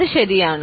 അത് ശരിയാണ്